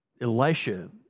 Elisha